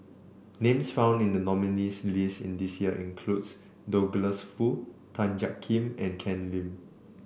names found in the nominees' list in this year includes Douglas Foo Tan Jiak Kim and Ken Lim